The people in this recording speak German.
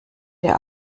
der